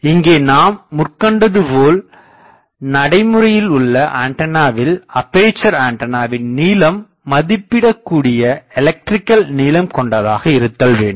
இங்கே நாம் முற்கண்டது போல் நடைமுறையில் உள்ள ஆண்டனாவில் அப்பேசர் ஆண்டானாவின் நீளம் மதிப்பிடக்கூடிய எலக்ட்ரிகள் நீளம் கொண்டதாக இருத்தல் வேண்டும்